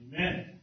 Amen